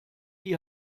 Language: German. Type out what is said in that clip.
die